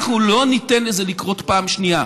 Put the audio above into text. אנחנו לא ניתן לזה לקרות פעם שנייה.